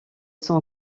son